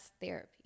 therapy